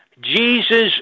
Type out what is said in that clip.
Jesus